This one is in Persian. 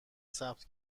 ثبت